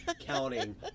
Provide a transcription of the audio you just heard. counting